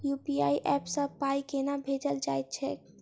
UPI app सँ पाई केना भेजल जाइत छैक?